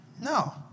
No